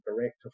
director